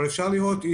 אפשר לראות,